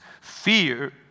fear